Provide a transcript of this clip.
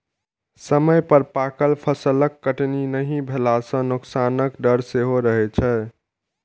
समय पर पाकल फसलक कटनी नहि भेला सं नोकसानक डर सेहो रहै छै